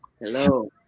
Hello